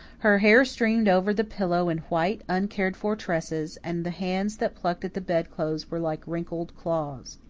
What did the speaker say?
her hair streamed over the pillow in white, uncared-for tresses, and the hands that plucked at the bed-clothes were like wrinkled claws.